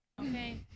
okay